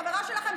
החברה שלכם,